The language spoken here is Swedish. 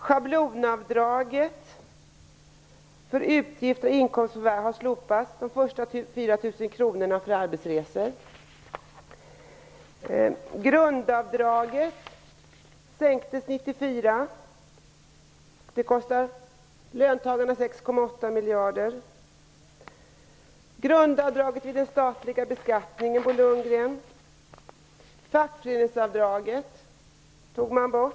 Schablonavdraget för utgifter och inkomstens förvärv har slopats liksom de första 4 000 kronorna för arbetsresor. Grundavdraget sänktes 1994. Det kostar löntagarna 6,8 miljarder kronor. Grundavdraget vid statlig beskattning och fackföreningsavdraget tog man bort.